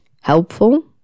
helpful